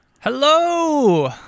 hello